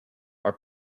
are